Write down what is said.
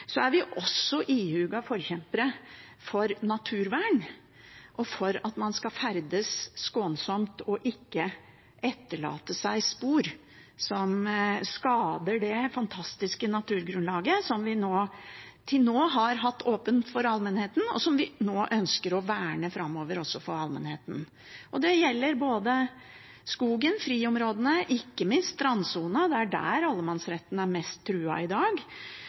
naturvern og for at man skal ferdes skånsomt og ikke etterlate seg spor som skader det fantastiske naturgrunnlaget som vi til nå har hatt åpent for allmennheten, og som vi nå ønsker å verne framover for allmennheten. Det gjelder både skogen, friområdene, ikke minst strandsonen – det er der allemannsretten er mest truet i dag